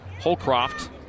Holcroft